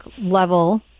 level